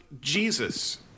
Jesus